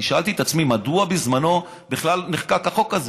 אני שאלתי את עצמי מדוע בזמנו בכלל נחקק החוק הזה?